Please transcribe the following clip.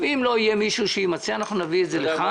אם לא יהיה מי שימצא אז אנחנו נביא את זה לשולחן הוועדה.